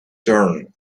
turn